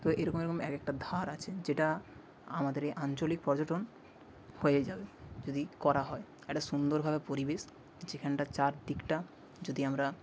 তো এরকম এরকম এক একটা ধার আছে যেটা আমাদের এই আঞ্চলিক পর্যটন হয়েই যাবে যদি করা হয় একটা সুন্দরভাবে পরিবেশ যেখানটা চারদিকটা যদি আমরা